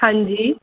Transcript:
ਹਾਂਜੀ